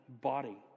body